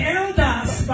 elders